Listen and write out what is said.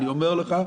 אני אומר לך,